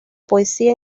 poesía